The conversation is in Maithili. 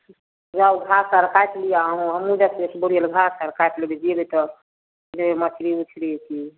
जाउ घास आओर काटि लिअऽ अहूँ हमहूँ जाइ छी बुढ़िए लग घास आओर काटि लेबै जेबै तऽ जे मछरी उछरी किनऽ